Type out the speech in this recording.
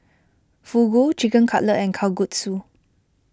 Fugu Chicken Cutlet and Kalguksu